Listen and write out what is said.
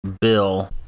Bill